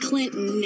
Clinton